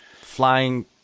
flying